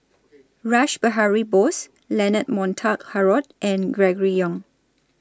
Rash Behari Bose Leonard Montague Harrod and Gregory Yong